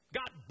got